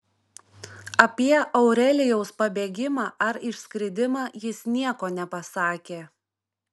apie aurelijaus pabėgimą ar išskridimą jis nieko nepasakė